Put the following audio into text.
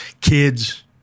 kids